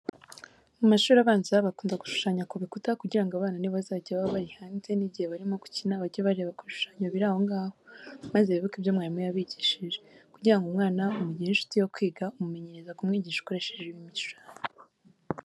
Mu mashuri abanza bakunda gushushanya ku bikuta kugira ngo abana nibazajya baba bari hanze n'igihe barimo gukina bajye bareba ku bishushanyo biri aho ngaho, maze bibuke ibyo mwarimu yabigishije. Kugira ngo umwana umugire inshuti yo kwiga umumenyereza kumwigisha ukoresheje ibishushanyo.